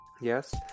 Yes